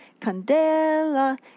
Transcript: Candela